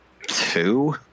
two